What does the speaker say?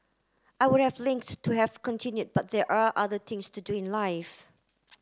I would have linked to have continued but there are other things to do in life